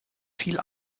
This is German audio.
viel